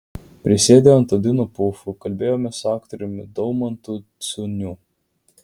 prisėdę ant odinių pufų kalbėjomės su aktoriumi daumantu ciuniu